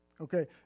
okay